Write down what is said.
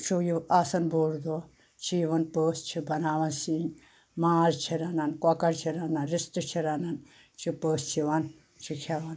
چھُ یہِ آسان بوٚڈ دۄہ چھِ یِوان پٔژھۍ چھِ بَناوان سِنۍ ماز چھِ رَنان کۄکر چھِ رَنان رِستہٕ چھِ رَنان چھِ پٔژھۍ یِوان چھِ کھیٚوان